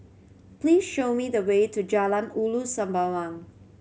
please show me the way to Jalan Ulu Sembawang